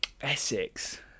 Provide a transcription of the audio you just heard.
Essex